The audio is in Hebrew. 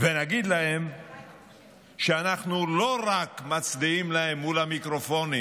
ונגיד להם שאנחנו לא רק מצדיעים להם מול המיקרופונים